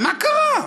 מה קרה?